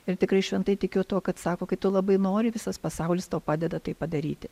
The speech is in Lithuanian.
ir tikrai šventai tikiu tuo kad sako kai tu labai nori visas pasaulis tau padeda tai padaryti